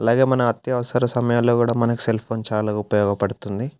అలాగే మన అత్యవసర సమయాల్లో కూడా మనకు సెల్ఫోన్ చాలా ఉపయోగపడుతుంది